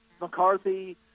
McCarthy